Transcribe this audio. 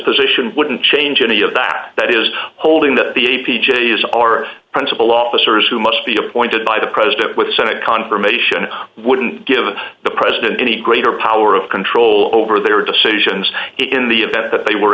position wouldn't change any of that that is holding that the a p j is our principal officers who must be appointed by the president with senate confirmation wouldn't give the president any greater power of control over their decisions in the event that they were